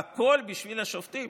והכול בשביל השופטים.